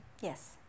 yes